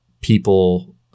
people